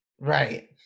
Right